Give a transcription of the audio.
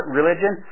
religion